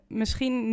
misschien